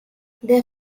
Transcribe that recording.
their